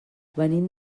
venim